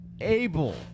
able